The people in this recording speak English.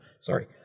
sorry